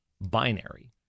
binary